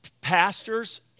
pastors